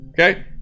okay